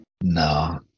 No